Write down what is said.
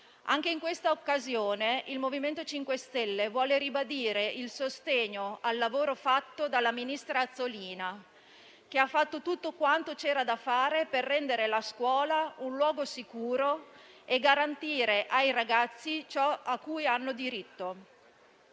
Anche in questa occasione il MoVimento 5 Stelle vuole ribadire il sostegno al lavoro svolto dal ministro Azzolina, che ha fatto tutto quanto c'era da fare per rendere la scuola un luogo sicuro e garantire ai ragazzi ciò di cui hanno diritto.